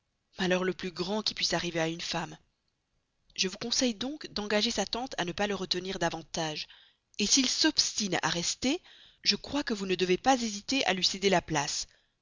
malheur le plus grand qui puisse arriver à une femme je vous conseille donc d'engager sa tante à ne pas le retenir davantage s'il s'obstine à rester je crois que vous ne devez pas hésiter à lui céder la place